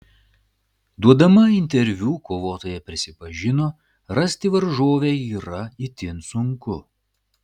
duodama interviu kovotoja prisipažino rasti varžovę yra itin sunku